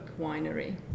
Winery